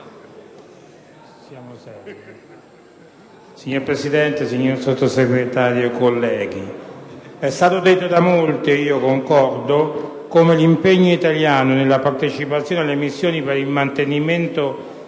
Signora Presidente, signor Sottosegretario, colleghi, è stato detto da molti, ed io concordo, come l'impegno italiano nella partecipazione alle missioni per il mantenimento